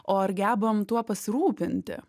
o ar gebam tuo pasirūpinti